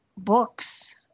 books